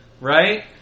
right